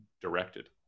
directed